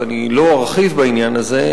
ואני לא ארחיב בעניין הזה,